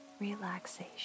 relaxation